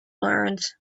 learned